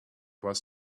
was